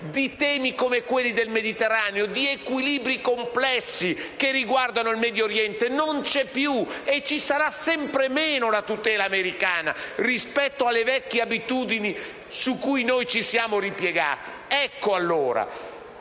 di temi come quelli relativi al Mediterraneo e agli equilibri complessi che riguardano il Medioriente. Non c'è più, e ci sarà sempre meno, la tutela americana rispetto alle vecchie abitudini su cui ci siamo ripiegati. Ecco allora